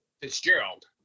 Fitzgerald